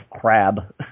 crab